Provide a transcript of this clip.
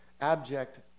Abject